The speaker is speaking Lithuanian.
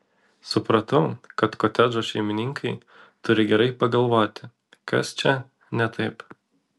supratau kad kotedžo šeimininkai turi gerai pagalvoti kas čia ne taip